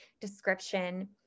description